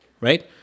right